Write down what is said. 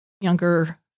younger